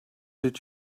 did